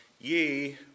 ye